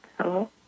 Hello